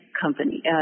company